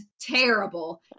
terrible